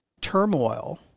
turmoil